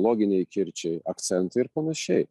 loginiai kirčiai akcentai ir panašiai